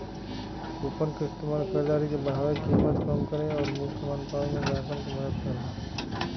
coupon क इस्तेमाल खरीदारी के बढ़ावे, कीमत कम करे आउर मुफ्त समान पावे में ग्राहकन क मदद करला